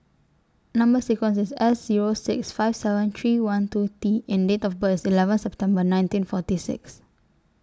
Number sequence IS S Zero six five seven three one two T and Date of birth IS eleven September nineteen forty six